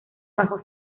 bajo